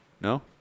No